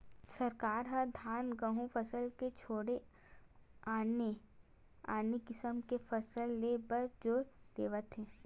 सरकार ह धान, गहूँ फसल के छोड़े आने आने किसम के फसल ले बर जोर देवत हे